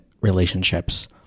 relationships